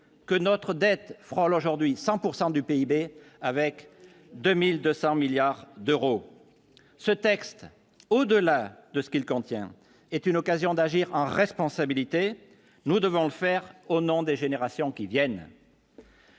que notre dette frôle aujourd'hui 100 pourcent du du PIB avec 2200 milliards d'euros, ce texte au-delà de ce qu'il contient est une occasion d'agir en responsabilité, nous devons le faire au nom des générations qui viennent.